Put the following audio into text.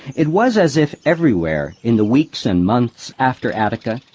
it was as if everywhere, in the weeks and months after attica,